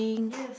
yes